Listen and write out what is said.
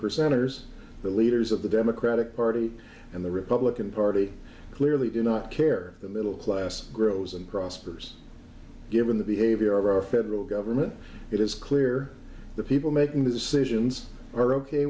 percenters the leaders of the democratic party and the republican party clearly do not care the middle class grows and prospers given the behavior of our federal government it is clear the people making the decisions are ok